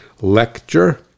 Lecture